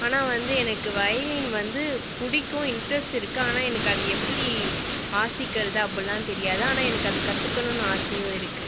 ஆனால் வந்து எனக்கு வைலின் வந்து பிடிக்கும் இன்ட்ரெஸ்ட் இருக்குது ஆனால் எனக்கு அது எப்படி வாசிக்கிறது அப்புடிலாம் தெரியாது ஆனால் எனக்கு அது கற்றுக்கணும்னு ஆசையும் இருக்குது